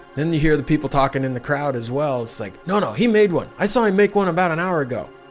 then you hear the people talking in the crowd, as well. it's like, no, no he made one. i saw him make one about an hour ago.